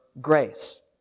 grace